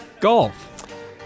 Golf